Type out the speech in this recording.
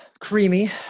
creamy